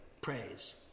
praise